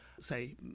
say